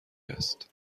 است